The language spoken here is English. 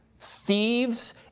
thieves